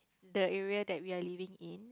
that area that we are living in